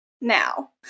now